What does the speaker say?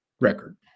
record